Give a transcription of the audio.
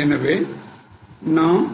எனவே நாம்